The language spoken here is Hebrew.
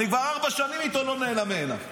אני כבר ארבע שנים איתו ולא נעלם מעיניו.